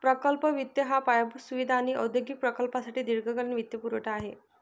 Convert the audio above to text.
प्रकल्प वित्त हा पायाभूत सुविधा आणि औद्योगिक प्रकल्पांसाठी दीर्घकालीन वित्तपुरवठा आहे